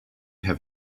have